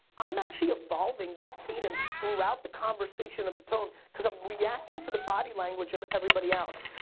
i'm actually evolving that cadence throughout the conversation of the tone, cause i'm reacting to the body language of everybody else.